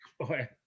Okay